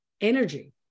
energy